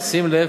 שים לב,